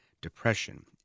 depression